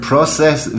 Process